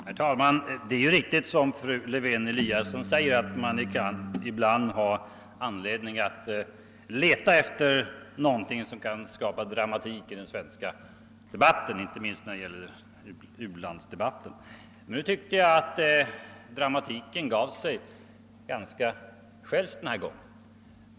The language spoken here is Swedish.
Herr talman! Det är ju riktigt, som fru Lewén-Eliasson säger, att man ibland får leta efter något som kan skapa dramatik i den svenska debatten, inte minst när det gäller u-landsdebatten. Denna gång tyckte jag emellertid att dramatiken infann sig ganska naturligt.